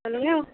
சொல்லுங்கள்